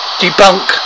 debunk